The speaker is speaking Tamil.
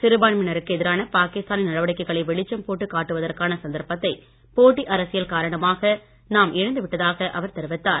சிறுபான்மையினருக்கு எதிரான பாகிஸ்தானின் நடவடிக்கைகளை வெளிச்சம் போட்டு காட்டுவதற்கான சந்தர்பத்தை போட்டி அரசியல் காரணமாக நாம் இழந்து விட்டதாக அவர் தெரிவித்தார்